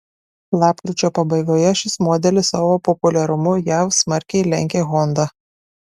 lapkričio pabaigoje šis modelis savo populiarumu jav smarkiai lenkė honda